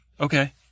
Okay